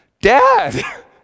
Dad